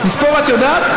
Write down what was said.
לספור את יודעת?